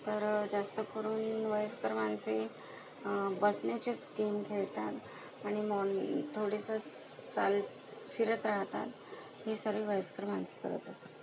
तर जास्त करून वयस्कर माणसे बसण्याचेच गेम खेळतात आणि थोडंसं चालत फिरत राहतात ही सर्व वयस्कर माणसे करत असतात